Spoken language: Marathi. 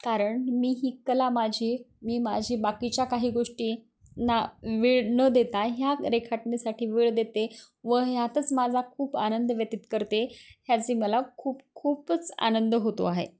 कारण मी ही कला माझी मी माझी बाकीच्या काही गोष्टीना वेळ न देता ह्या रेखाटनासाठी वेळ देते व ह्यातच माझा खूप आनंद व्यतीत करते ह्याचे मला खूप खूपच आनंद होत आहे